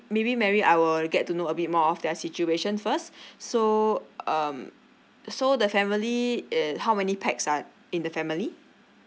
maybe mart I will get to know a bit more of their situation first so um so the family eh how many pax are in the family